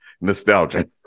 nostalgia